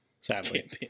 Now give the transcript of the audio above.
Sadly